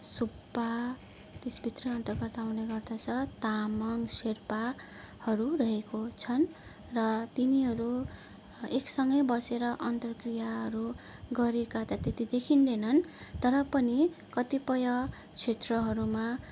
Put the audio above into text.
सुब्बा त्यसभित्र अन्तर्गत आउने गर्दछ तामाङ सेर्पाहरू रहेको छन् र तिनीहरू एकसँगै बसेर अन्तरक्रियाहरू गरेका त देखिँदैनन् तर पनि कतिपय क्षेत्रहरूमा